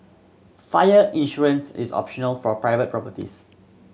fire insurance is optional for private properties